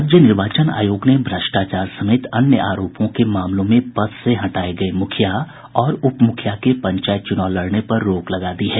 राज्य निर्वाचन आयोग ने भ्रष्टाचार समेत अन्य आरोपों के मामलों में पद से हटाये गये मुखिया और उपमुखिया के पंचायत चुनाव लड़ने पर रोक लगा दी है